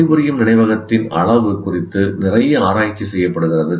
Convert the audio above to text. பணிபுரியும் நினைவகத்தின் அளவு குறித்து நிறைய ஆராய்ச்சி செய்யப்படுகிறது